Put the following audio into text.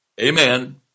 amen